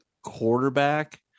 quarterback